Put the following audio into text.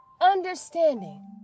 Understanding